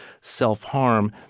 self-harm